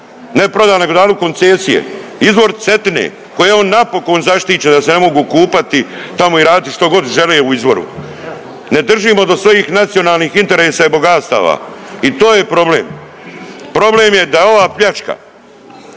ne prodali nego dali u koncesije izvor Cetine koji je on napokon zaštićen da se ne mogu kupati tamo i raditi što god žele u izvoru. Ne držimo do svojih nacionalnih interesa i bogatstava i to je problem. Problem je da ova pljačka